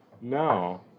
No